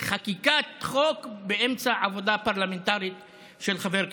חקיקת חוק באמצע עבודה פרלמנטרית של חבר כנסת.